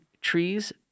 Trees